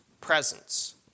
presence